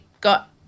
got